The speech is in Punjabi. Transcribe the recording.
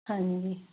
ਹਾਂਜੀ